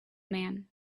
man